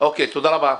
אוקי, תודה רבה.